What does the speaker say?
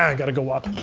and gotta go up.